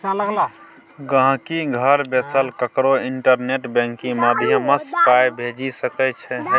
गांहिकी घर बैसल ककरो इंटरनेट बैंकिंग माध्यमसँ पाइ भेजि सकै छै